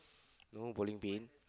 no balling bin